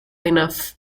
enough